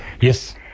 Yes